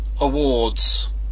Awards